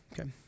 Okay